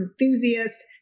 enthusiast